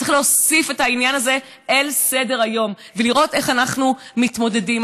צריך להוסיף את העניין הזה לסדר-היום ולראות איך אנחנו מתמודדים.